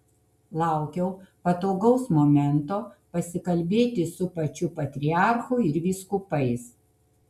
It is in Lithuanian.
laukiau patogaus momento pasikalbėti su pačiu patriarchu ir vyskupais